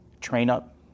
train-up